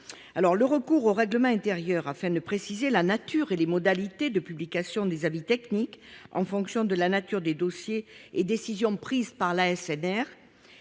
Le recours au règlement intérieur afin de préciser la nature et les modalités de publication des avis techniques en fonction de la nature des dossiers et des décisions prises par l’ASNR,